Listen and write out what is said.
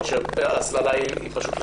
או שהסללה היא פשוט לחינוך?